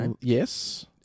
Yes